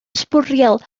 sbwriel